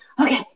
okay